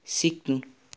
सिक्नु